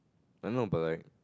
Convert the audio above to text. I know but I